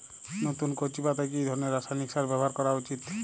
নতুন কচি পাতায় কি ধরণের রাসায়নিক সার ব্যবহার করা উচিৎ?